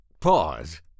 pause